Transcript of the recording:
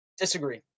Disagree